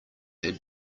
had